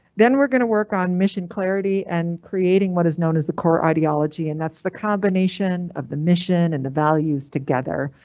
then we're going to work on mission clarity and creating what is known as the core ideology. and that's the combination of the mission and the values together.